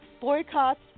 Boycotts